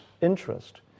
interest